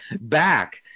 back